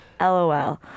LOL